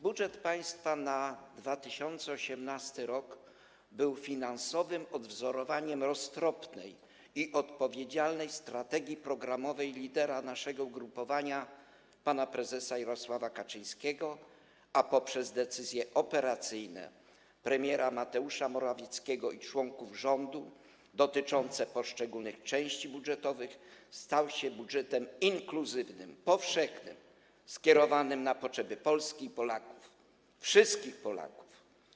Budżet państwa na 2018 r. był finansowym odwzorowaniem roztropnej i odpowiedzialnej strategii lidera naszego ugrupowania pana prezesa Jarosława Kaczyńskiego, a poprzez decyzje operacyjne premiera Mateusza Morawieckiego i członków rządu dotyczące poszczególnych części budżetowych stał się budżetem inkluzywnym, powszechnym, skierowanym na potrzeby Polski i Polaków, wszystkich Polaków.